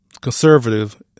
conservative